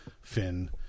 Finn